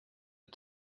are